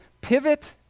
Pivot